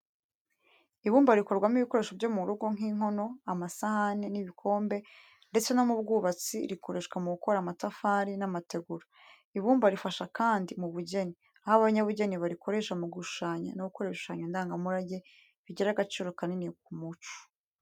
Ibumba rikorwamo ibikoresho byo mu rugo nk'inkono, amasahani n'ibikombe ndetse no mu bwubatsi rikoreshwa mu gukora amatafari n'amategura. Ibumba rifasha kandi mu bugeni, aho abanyabugeni barikoresha mu gushushanya no gukora ibishushanyo ndangamurage bigira agaciro kanini mu muco.